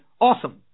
Awesome